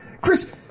Chris